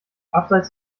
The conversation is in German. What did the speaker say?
abseits